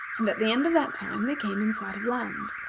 and at the end of that time they came in sight of land.